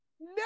No